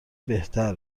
بهتر